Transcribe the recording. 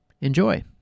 Enjoy